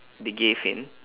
they gave in